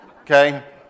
Okay